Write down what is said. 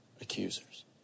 accusers